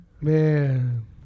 Man